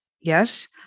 Yes